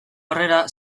harrera